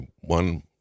one